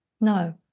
No